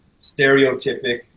stereotypic